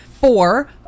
Four